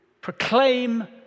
proclaim